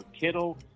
Kittle